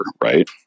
right